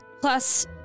plus